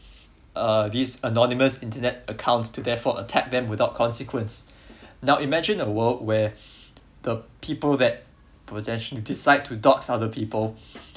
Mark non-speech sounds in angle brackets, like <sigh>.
uh this anonymous internet accounts to therefore attack them without consequence now imagine the world where <breath> the people that potentionally decide to dox other people